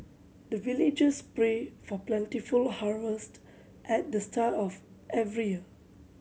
the villagers pray for plentiful harvest at the start of every year